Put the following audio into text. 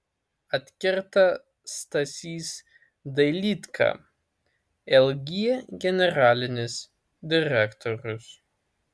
atkerta stasys dailydka lg generalinis direktorius